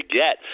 get